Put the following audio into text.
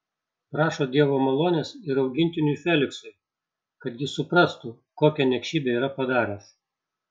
prašo dievo malonės ir augintiniui feliksui kad jis suprastų kokią niekšybę yra padaręs